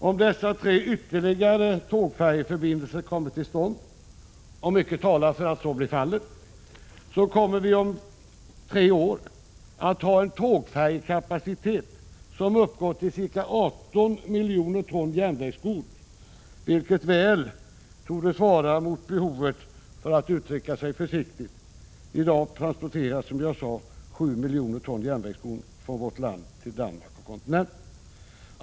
Om dessa tre ytterligare tågfärjeförbindelser kommer till stånd — och mycket talar för att så blir fallet — kommer vi om tre år att ha en tågfärjekapacitet som uppgår till ca 18 miljoner ton järnvägsgods, vilket väl torde svara mot behovet, för att uttrycka sig försiktigt. I dag transporteras, som jag sade, 7 miljoner ton järnvägsgods från vårt land till Danmark och kontinenten.